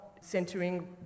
centering